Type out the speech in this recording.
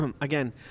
again